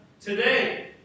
today